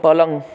पलङ